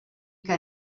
que